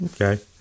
Okay